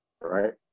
right